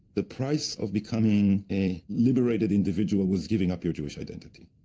the price of becoming a liberated individual was giving up your jewish identity.